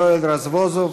יואל רזבוזוב,